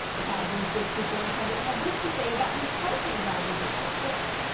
the california state superintendent had this to say about who's helping guide the district's listen.